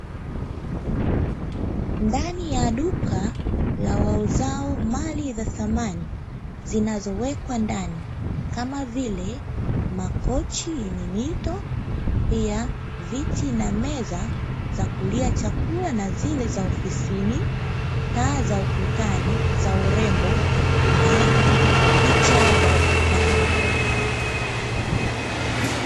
Ndani ya duka la wauzao mali za samani, zinazowekwa ndani, kama vile makochi yenye mito, pia viti na meza za kulia chakula na zile za ofisini, taa za ukutani za urembo, na picha za ukutani.